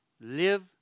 live